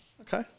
Okay